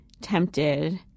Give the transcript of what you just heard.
tempted